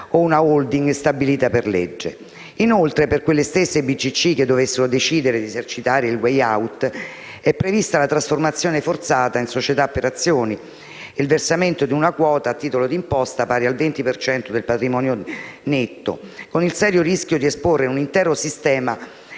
a una *holding* stabilita per legge. Inoltre, per quelle stesse BCC che dovessero decidere di esercitare il *way out* è prevista la trasformazione forzata in società per azioni ed il versamento di una quota, a titolo d'imposta, pari al 20 per cento del patrimonio netto, con il serio rischio di esporre un intero sistema